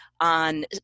on